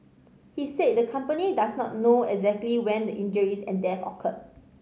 he said the company does not know exactly when the injuries and death occurred